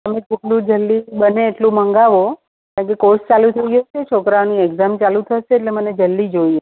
તમે જેટલું જલ્દી બને એટલું મંગાવો પછી કોર્સ ચાલુ થઇ જશે છોકરાઓની એક્ઝામ ચાલુ થશે એટલે મને જલ્દી જોઈએ